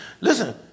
listen